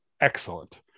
excellent